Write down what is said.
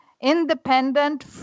independent